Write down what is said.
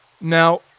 Now